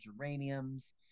geraniums